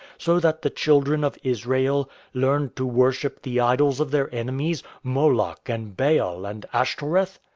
so that the children of israel learned to worship the idols of their enemies, moloch, and baal, and ashtoreth?